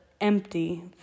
empty